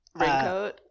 Raincoat